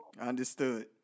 Understood